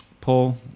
Paul